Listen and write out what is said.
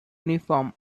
uniforms